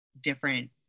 different